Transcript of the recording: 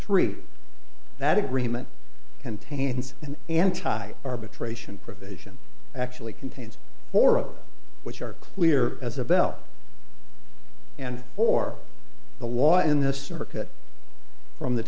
three that agreement contains an anti arbitration provision actually contains four of which are clear as a bell and for the law in the circuit from the